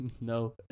no